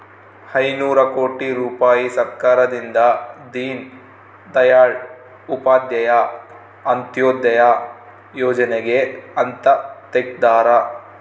ಐನೂರ ಕೋಟಿ ರುಪಾಯಿ ಸರ್ಕಾರದಿಂದ ದೀನ್ ದಯಾಳ್ ಉಪಾಧ್ಯಾಯ ಅಂತ್ಯೋದಯ ಯೋಜನೆಗೆ ಅಂತ ತೆಗ್ದಾರ